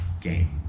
game